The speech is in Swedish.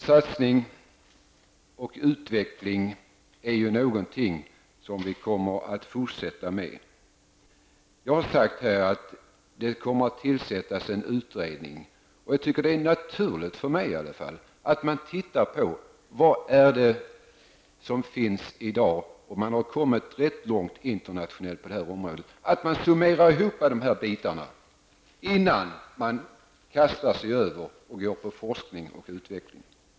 Satsning på utveckling är ju någonting som vi kommer att fortsätta med, Annika Åhnberg. Som jag har sagt kommer en utredning att tillsättas. Jag tycker att det är naturligt att man börjar med att titta på vad som finns i dag, och man har kommit ganska långt internationellt sett på detta område. Man bör summera de olika bitarna innan man kastar sig in på forskning och utveckling.